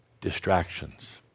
Distractions